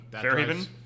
Fairhaven